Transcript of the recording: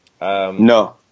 No